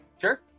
sure